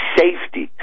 safety